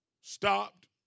stopped